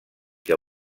que